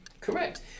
Correct